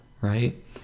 right